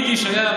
יידיש היה,